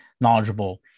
knowledgeable